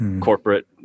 corporate